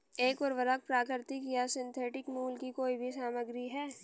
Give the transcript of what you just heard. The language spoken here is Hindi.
एक उर्वरक प्राकृतिक या सिंथेटिक मूल की कोई भी सामग्री है